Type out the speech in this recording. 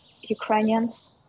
Ukrainians